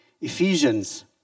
Ephesians